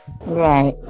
Right